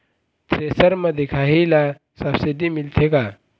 Thresher म दिखाही ला सब्सिडी मिलथे का?